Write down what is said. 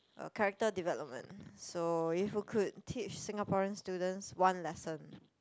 a character development so if you could teach Singaporean students one lesson